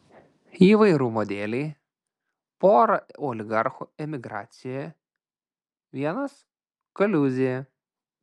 įvairumo dėlei pora oligarchų emigracijoje vienas kaliūzėje